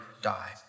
Die